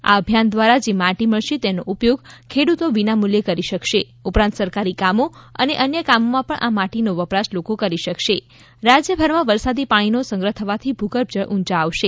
આ અભિયાન દ્વારા જે માટી મળશે તેનો ઉપયોગ ખેડૂતો વિનામૂલ્યે કરી શકશે ઉપરાંત સરકારી કામો અને અન્ય કામોમાં પણ આ માટીનો વપરાશ લોકો કરી શકશે રાજ્યભરમાં વરસાદી પાણીનો સંગ્રહ થવાથી ભૂગર્ભ જળ ઊંચા આવશે